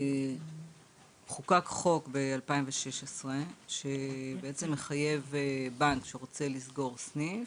חוקק חוק ב-2016 שבעצם מחייב בנק שרוצה לסגור סניף,